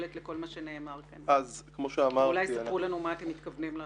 אולי תאמר לנו מה אתם מתכוונים לעשות.